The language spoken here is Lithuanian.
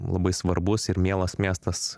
labai svarbus ir mielas miestas